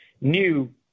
new